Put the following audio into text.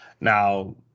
Now